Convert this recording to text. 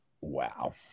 wow